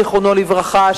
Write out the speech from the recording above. זיכרונו לברכה,